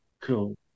cool